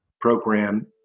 program